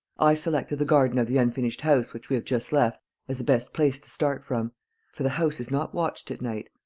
i selected the garden of the unfinished house which we have just left as the best place to start from for the house is not watched at night.